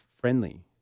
friendly